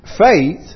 Faith